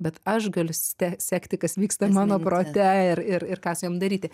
bet aš galiu ste sekti kas vyksta mano prote ir ir ir ką su jom daryti